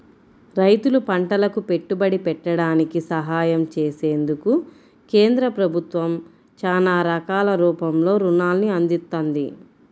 రైతులు పంటలకు పెట్టుబడి పెట్టడానికి సహాయం చేసేందుకు కేంద్ర ప్రభుత్వం చానా రకాల రూపంలో రుణాల్ని అందిత్తంది